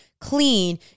clean